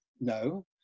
no